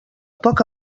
poc